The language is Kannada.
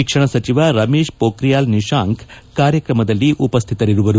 ಶಿಕ್ಷಣ ಸಚಿವ ರಮೇಶ್ ಪೋಖ್ರಿಯಾಲ್ ನಿಶಾಂಕ್ ಕಾರ್ಯಕ್ರಮದಲ್ಲಿ ಉಪಸ್ಥಿತರಿರುವರು